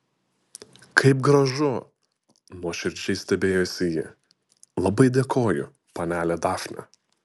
kaip gražu nuoširdžiai stebėjosi ji labai dėkoju panele dafne